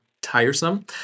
tiresome